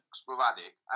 sporadic